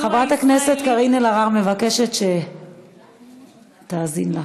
חברת הכנסת קארין אלהרר מבקשת שתאזין לה.